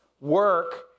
work